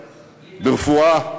ברפואה,